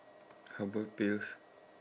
herbal pills